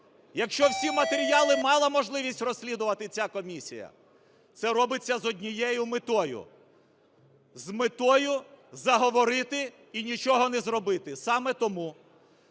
якщо всі матеріали мала можливість розслідувати ця комісія? Це робиться з однією метою: з метою заговорити і нічого не зробити. Саме тому